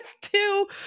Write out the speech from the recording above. two